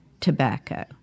tobacco